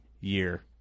year